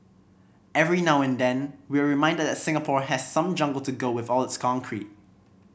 every now and then we're reminded that Singapore has some jungle to go with all its concrete